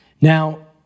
now